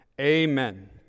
amen